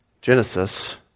Genesis